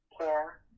care